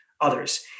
others